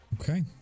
Okay